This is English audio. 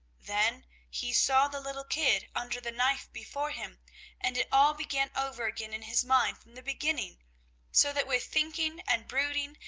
then he saw the little kid under the knife before him and it all began over again in his mind from the beginning so that with thinking and brooding,